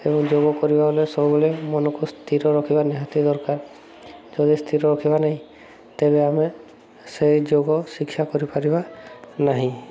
ଏବଂ ଯୋଗ କରିବା ବେଳେ ସବୁବେଳେ ମନକୁ ସ୍ଥିର ରଖିବା ନିହାତି ଦରକାର ଯଦି ସ୍ଥିର ରଖିବା ନାହିଁ ତେବେ ଆମେ ସେଇ ଯୋଗ ଶିକ୍ଷା କରିପାରିବା ନାହିଁ